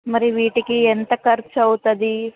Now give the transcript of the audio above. మరి వీటికి ఎంత ఖర్చు అవుతుంది